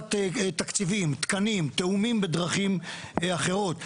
הוספת תקציבים, תקנים, תיאומים בדרכים אחרות.